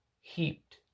heaped